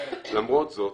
למרות זאת,